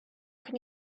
can